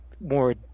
more